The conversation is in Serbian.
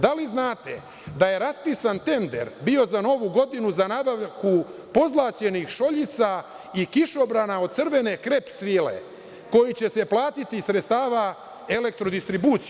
Da li znate da je bio raspisan tender za novu godinu za nabavku pozlaćenih šoljica i kišobrana od crvene krep svile, koji će se platiti iz sredstava Elektrodistribucije.